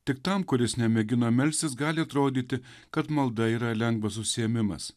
tik tam kuris nemėgino melstis gali atrodyti kad malda yra lengvas užsiėmimas